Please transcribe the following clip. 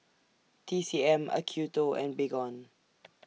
T C M Acuto and Baygon